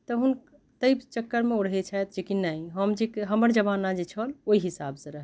तऽ हुनका ताहि चक्करमे ओ रहैत छथि जेकि नहि हम जे हमर जमाना जे छल ओहि हिसाबसँ रहए